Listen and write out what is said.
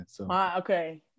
Okay